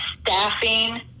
staffing